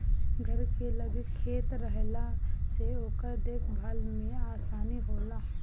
घर के लगे खेत रहला से ओकर देख भाल में आसानी होला